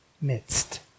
midst